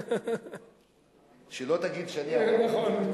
שלא תגיד שאני, נכון.